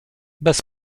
bez